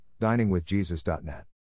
diningwithjesus.net